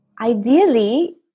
ideally